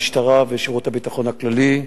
המשטרה ושירות הביטחון הכללי.